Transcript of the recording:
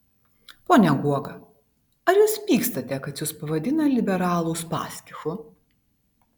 pone guoga ar jūs pykstate kai jus pavadina liberalų uspaskichu